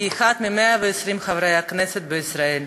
כאחת מ-120 חברי הכנסת בישראל.